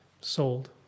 sold